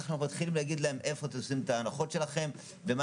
אנחנו מתחילים להגיד להם איפה תשימו את ההנחות שלהם ומה